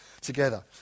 together